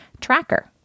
tracker